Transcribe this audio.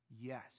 Yes